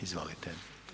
Izvolite.